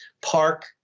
Park